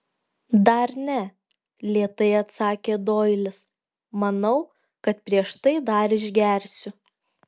dar ne lėtai atsakė doilis manau kad prieš tai dar išgersiu